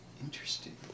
interesting